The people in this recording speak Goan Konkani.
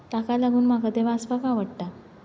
ताका लागून म्हाका तें वाचपाक आवडटा